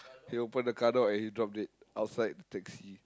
he open the car door and he drop dead outside the taxi